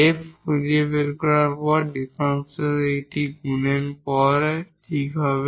f খুঁজে বের করার জন্য ডিফারেনশিয়াল এই গুণের পরে ঠিক হবে